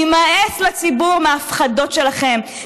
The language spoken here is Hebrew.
יימאס לציבור מההפחדות שלכם,